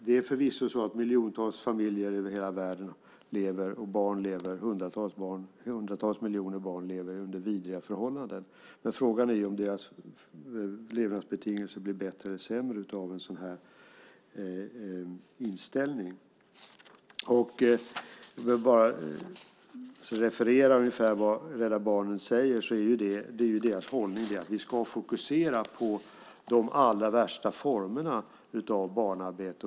Det är förvisso så att miljontals familjer och barn över hela världen lever under vidriga förhållanden. Men frågan är om deras levnadsbetingelser blir bättre eller sämre av en sådan här inställning. Rädda Barnens hållning är att vi ska fokusera på de allra värsta formerna av barnarbete.